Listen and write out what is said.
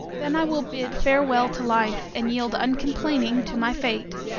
then i will bid farewell to life, and yield uncomplaining to my fate.